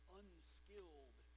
unskilled